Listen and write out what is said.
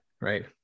Right